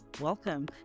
welcome